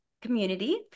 community